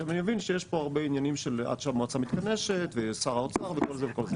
עכשיו אני מבין שיש פה הרבה עניינים שעד שהמועצה מתכנסת ושר האוצר וכו'.